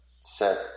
set